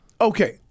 okay